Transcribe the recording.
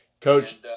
Coach